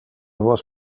vos